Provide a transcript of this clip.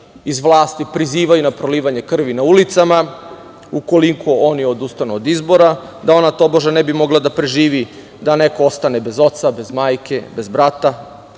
iz vlasti prizivaju na prolivanje krvi na ulicama ukoliko oni odustanu od izbora, da ona tobože ne bi mogla da preživi da neko ostane bez oca, bez majke, bez brata,